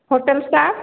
hotel staff